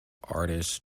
artist